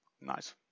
nice